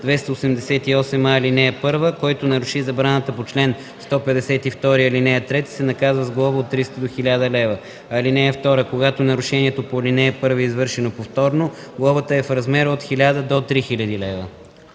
288а. (1) Който наруши забраната по чл. 152, ал. 3, се наказва с глоба от 300 до 1000 лв. (2) Когато нарушението по ал. 1 е извършено повторно, глобата е в размер от 1000 до 3000 лв.”